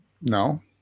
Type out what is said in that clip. no